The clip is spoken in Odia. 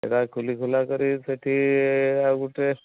ଯେଉଁଟା ଖୋଲି ଖୋଲା କରି ସେଠି ଆଉ ଗୋଟିଏ